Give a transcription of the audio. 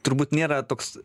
turbūt nėra toks